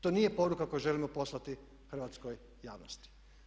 To nije poruka koju želimo poslati hrvatskoj javnosti.